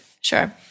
sure